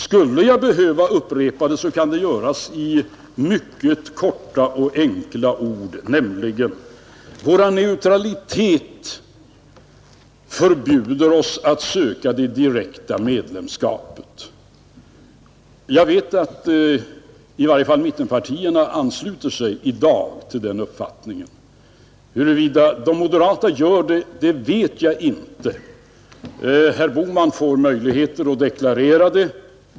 Skulle jag behöva upprepa det, kan det göras i mycket korta och enkla ord, nämligen följande. Vår neutralitet förbjuder oss att söka det direkta medlemskapet. Jag vet att i varje fall mittenpartierna i dag ansluter sig till den uppfattningen. Huruvida de moderata gör det, vet jag inte. Herr Bohman får möjligheter att deklarera det.